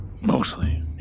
Mostly